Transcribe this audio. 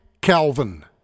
Calvin